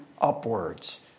upwards